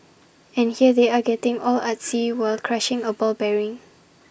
and here they are getting all artsy while crushing A ball bearing